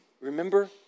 remember